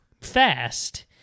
fast